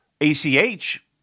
ACH